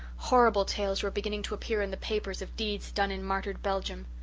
horrible tales were beginning to appear in the papers of deeds done in martyred belgium.